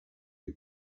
les